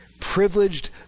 privileged